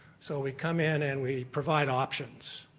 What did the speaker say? so we come in and we provide options.